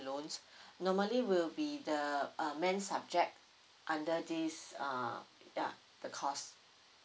loans normally will be the uh main subject under this uh ya the cost